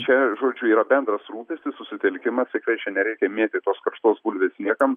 čia žodžiu yra bendras rūpestis susitelkimas tiktai čia nereikia mėtyt tos karštos bulvės niekam